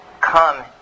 Come